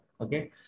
Okay